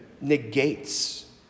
negates